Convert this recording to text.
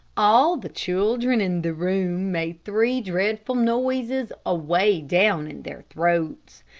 all the children in the room made three dreadful noises away down in their throats.